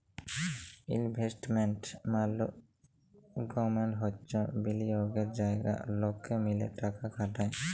investment মাল্যেগমেন্ট হচ্যে বিলিয়গের জায়গা লকে মিলে টাকা খাটায়